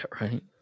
right